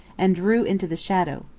and drew into the shadow.